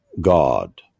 God